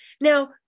Now